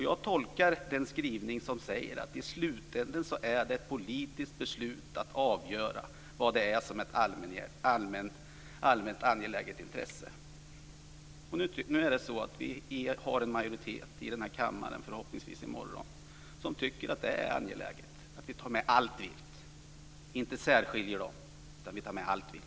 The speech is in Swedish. Jag tolkar att skrivningen säger att i slutänden är det ett politiskt beslut att avgöra vad det är som är allmänt angeläget intresse. Nu är det så att vi förhoppningsvis i morgon har en majoritet i denna kammare som tycker att det är angeläget att vi tar med allt vilt, inte särskiljer något, utan vi tar med allt vilt.